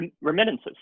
Remittances